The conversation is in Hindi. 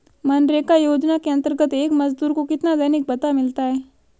मनरेगा योजना के अंतर्गत एक मजदूर को कितना दैनिक भत्ता मिलता है?